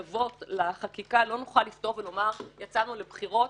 להתלוות לחקיקה לא נוכל לפתור ולומר יצאנו לבחירות.